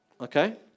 Okay